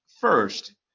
first